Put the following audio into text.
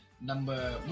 number